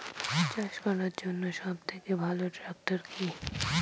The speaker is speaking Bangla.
চাষ করার জন্য সবথেকে ভালো ট্র্যাক্টর কি?